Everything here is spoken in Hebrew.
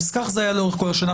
אני חושב שזה לא בסדר.